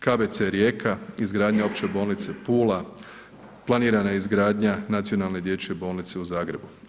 KBC Rijeka, izgradnja Opće bolnice Pula, planirana je izgradnja nacionalne dječje bolnice u Zagrebu.